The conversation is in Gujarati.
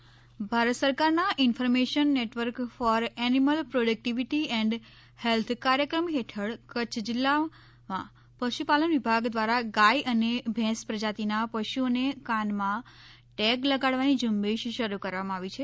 પશુઓમાં ટેગ ભારત સરકારનાં information network for animal productivity and હેલ્થકાર્યક્રમ હેઠળ કચ્છ જિલ્લામાં પશુપાલન વિભાગ દ્વારા ગાય અને ભેંસ પ્રજાતિના પશુઓને કાનમાં ટેગ લગાડવાની ઝુંબેશ શરૂ કરવામાં આવી છે